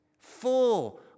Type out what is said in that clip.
full